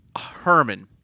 Herman